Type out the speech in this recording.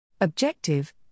Objective